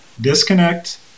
Disconnect